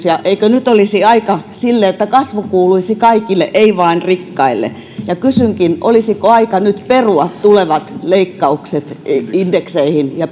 ja eikö nyt olisi aika sille että kasvu kuuluisi kaikille ei vain rikkaille kysynkin olisiko aika nyt perua tulevat leikkaukset indekseihin ja